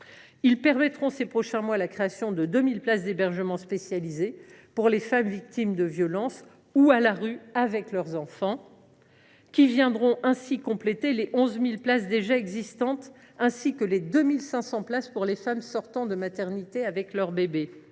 de créer dans les prochains mois 2 000 places d’hébergement spécialisé pour les femmes victimes de violences ou à la rue avec leurs enfants, qui viendront ainsi compléter les 11 000 places existantes, ainsi que les 2 500 places pour les femmes sortant de maternité avec leurs bébés.